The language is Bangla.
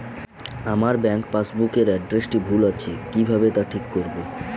আমার ব্যাঙ্ক পাসবুক এর এড্রেসটি ভুল আছে কিভাবে তা ঠিক করবো?